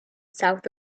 south